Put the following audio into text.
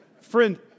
Friend